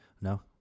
No